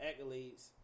accolades